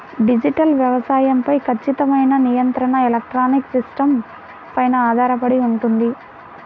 digital వ్యవసాయం పై ఖచ్చితమైన నియంత్రణ ఎలక్ట్రానిక్ సిస్టమ్స్ పైన ఆధారపడి ఉంటుంది